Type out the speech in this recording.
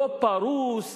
לא פרוס,